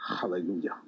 Hallelujah